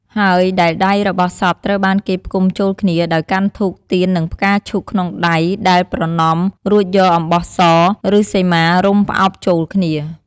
ហើយដែលដៃរបស់សពត្រូវបានគេផ្គុំចូលគ្នា ដោយកាន់ធូប ទៀន និងផ្កាឈូកក្នុងដៃដែលប្រណម រួចយកអំបោះស ឬសីមារុំផ្អោបចូលគ្នា។